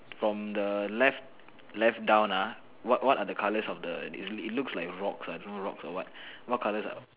from the left left down ah what what are the colours of the it it looks like rocks ah I don't know rocks or what what colours are